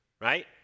right